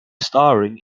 staring